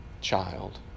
child